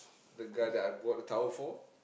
the guy that I brought the tower for